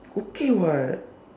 okay [what]